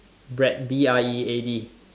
bread B R E A D